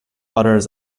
utters